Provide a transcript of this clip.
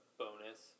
bonus